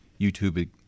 YouTube